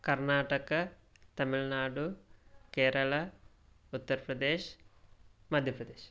Karnataka Tamil Nadu Kerala Uttar Pradesh Madhya Pradesh